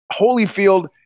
Holyfield